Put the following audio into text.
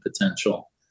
potential